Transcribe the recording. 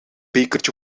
bekertje